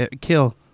kill